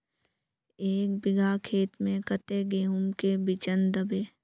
एक बिगहा खेत में कते गेहूम के बिचन दबे?